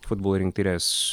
futbolo rinktinės